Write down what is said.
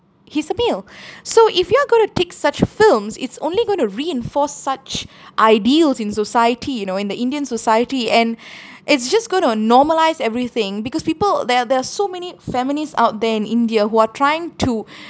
he's a male so if you are going to take such films it's only going to reinforce such ideals in society you know in the indian society and it's just going to normalise everything because people there are there are so many feminists out there in india who are trying to